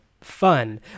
fun